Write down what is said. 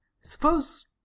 Suppose